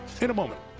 in a moment.